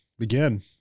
Again